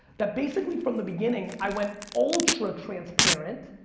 that basically from the beginning, i went ultra transparent,